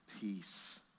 Peace